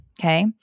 Okay